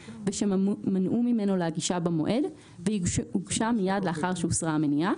ושמנעו ממנו להגישה במועד והיא הוגשה מיד לאחר שהוסרה המניעה.